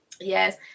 Yes